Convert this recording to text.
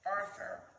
Arthur